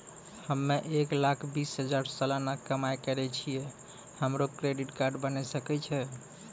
हम्मय एक लाख बीस हजार सलाना कमाई करे छियै, हमरो क्रेडिट कार्ड बने सकय छै?